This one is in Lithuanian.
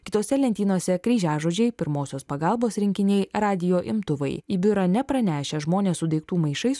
kitose lentynose kryžiažodžiai pirmosios pagalbos rinkiniai radijo imtuvai į biurą nepranešę žmonės su daiktų maišais